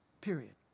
period